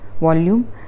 volume